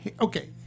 Okay